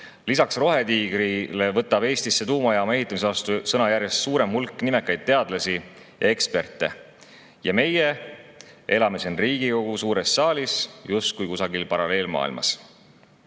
Lisaks Rohetiigrile võtab Eestisse tuumajaama ehitamise vastu sõna järjest suurem hulk nimekaid teadlasi ja eksperte. Ja meie elame siin Riigikogu suures saalis justkui kusagil paralleelmaailmas.